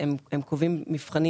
המבחנים